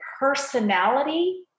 personality